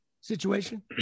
situation